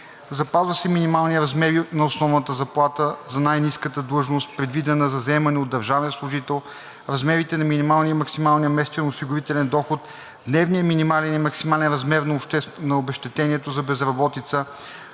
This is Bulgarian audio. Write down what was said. Запазва се минималният размер на основната заплата за най ниската длъжност, предвидена за заемане от държавен служител; размерите на минималния и максималния месечен осигурителен доход; дневният минимален и максимален размер на обезщетението за безработица;